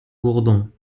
gourdon